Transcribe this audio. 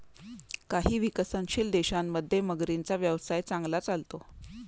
काही विकसनशील देशांमध्ये मगरींचा व्यवसाय चांगला चालतो